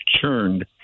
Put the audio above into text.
churned